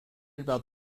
about